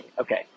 Okay